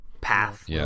path